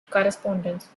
correspondence